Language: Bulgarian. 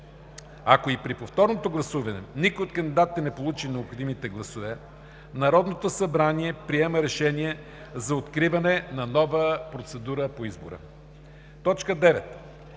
Ако и при повторното гласуване никой от кандидатите не получи необходимите гласове, Народното събрание приема решение за откриване на нова процедура за избор. 9.